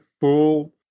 full